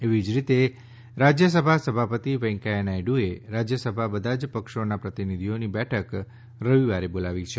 એવી જ રીતે રાજ્યસભા સભાપતિ વેંકૈયા નાયડુએ રાજ્યસભા બધા જ પક્ષોનાં પ્રતિનિધીઓની બેઠક રવિવારે બોલાવી છે